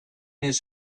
his